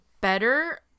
better